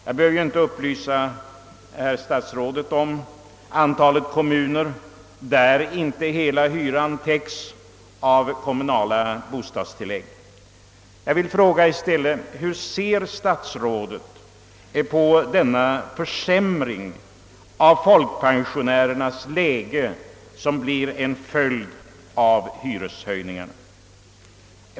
Jag behöver inte upplysa herr statsrådet om antalet kommuner i vilka inte hela hyran täcks av kommunala bostadstillägg. I stället vill jag fråga: Hur ser statsrådet på den försämring av folkpensionärernas situation som blir en följd av hyreshöjningarna?